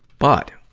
but,